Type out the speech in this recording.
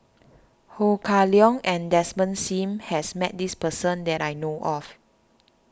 Ho Kah Leong and Desmond Sim has met this person that I know of